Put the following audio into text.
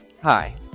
Hi